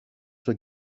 στο